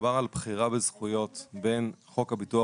מדובר על בחירה בזכויות בין חוק הביטוח